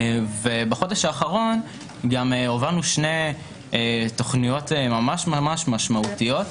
בחודש האחרון הובלנו שתי תוכניות ממש משמעותיות.